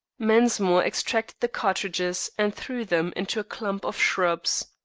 mensmore extracted the cartridges and threw them into a clump of shrubs.